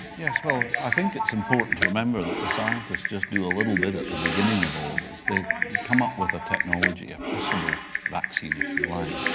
yes, well, i think it's important to remember that the scientists just do a little bit at the beginning of all of this. they come up with a technology, a possible vaccine if you like,